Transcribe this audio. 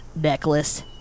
necklace